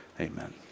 Amen